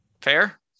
Fair